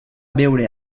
beure